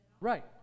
Right